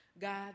God